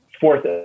fourth